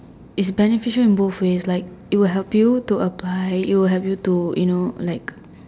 is beneficial in both ways like it will help you to apply it will help you to you know like